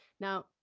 now